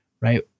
right